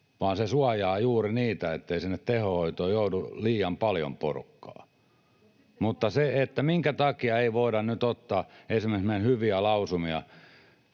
vaan se suojaa juuri niin, ettei tehohoitoon joudu liian paljon porukkaa. Minkä takia ei voida nyt ottaa esimerkiksi meidän hyviä lausumiamme,